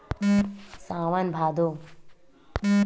सावन भादो